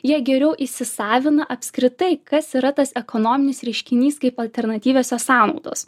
jie geriau įsisavina apskritai kas yra tas ekonominis reiškinys kaip alternatyviosios sąnaudos